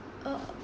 uh